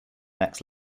next